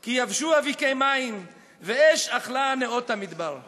כי יבשו אפיקי מים ואש אכלה נאות המדבר";